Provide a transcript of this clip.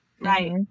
Right